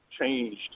changed